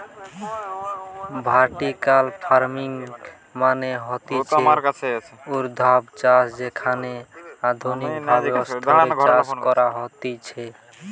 vertical farming মানে হতিছে ঊর্ধ্বাধ চাষ যেখানে আধুনিক ভাবে স্তরে চাষ করা হতিছে